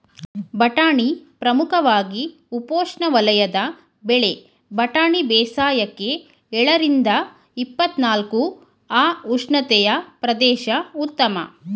ಬಟಾಣಿ ಪ್ರಮುಖವಾಗಿ ಉಪೋಷ್ಣವಲಯದ ಬೆಳೆ ಬಟಾಣಿ ಬೇಸಾಯಕ್ಕೆ ಎಳರಿಂದ ಇಪ್ಪತ್ನಾಲ್ಕು ಅ ಉಷ್ಣತೆಯ ಪ್ರದೇಶ ಉತ್ತಮ